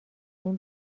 این